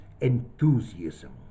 enthusiasm